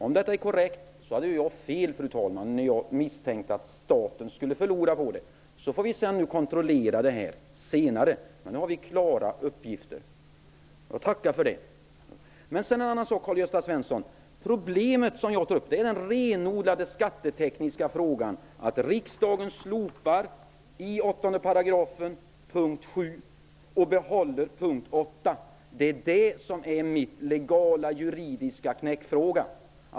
Om detta är korrekt hade jag fel, fru talman, när jag misstänkte att staten skulle förlora på förslaget. Vi får kontrollera detta senare, men nu har vi klara uppgifter. Jag tackar för det. Det problem jag tar upp, Karl-Gösta Svenson, är den renodlade skattetekniska frågan. Riksdagen slopar punkt sju i åttonde paragrafen och behåller punkt åtta. Det är det som är den legala juridiska knäckfrågan.